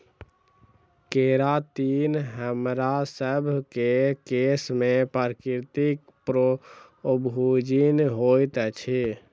keratin हमरासभ केँ केश में प्राकृतिक प्रोभूजिन होइत अछि